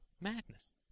madness